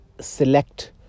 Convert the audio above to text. select